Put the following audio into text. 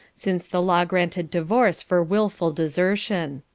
since the law granted divorce for wilful desertion.